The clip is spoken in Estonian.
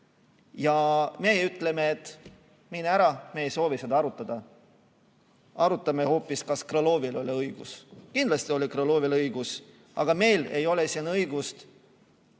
aga me ütleme, et mine ära, me ei soovi seda arutada. Arutame hoopis, kas Krõlovil oli õigus. Kindlasti oli Krõlovil õigus, aga meil ei ole siin õigust